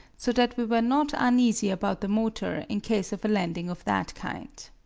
so that we were not uneasy about the motor in case of a landing of that kind.